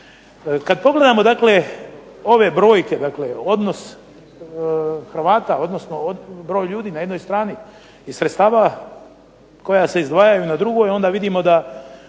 Kad pogledamo dakle ove brojke, dakle odnos Hrvata, odnosno broj ljudi na jednoj strani i sredstava koja se izdvajaju na drugoj, onda vidimo da